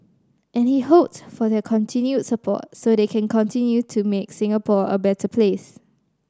and he hoped for their continued support so they can continue to make Singapore a better place